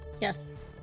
Yes